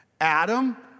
Adam